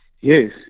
Yes